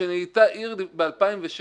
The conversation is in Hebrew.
שנהייתה עיר ב-2007?